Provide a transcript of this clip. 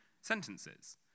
sentences